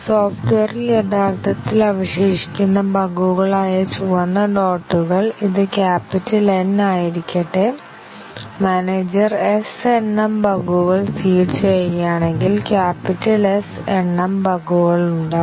സോഫ്റ്റ്വെയറിൽ യഥാർത്ഥത്തിൽ അവശേഷിക്കുന്ന ബഗ്ഗുകളായ ചുവന്ന ഡോട്ടുകൾ ഇത് ക്യാപിറ്റൽ N ആയിരിക്കട്ടെ മാനേജർ S എണ്ണം ബഗുകൾ സീഡ് ചെയ്യുകയാണെങ്കിൽ ക്യാപിറ്റൽ S എണ്ണം ബഗുകൾ ഉണ്ടാവും